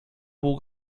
pół